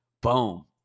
boom